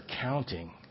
counting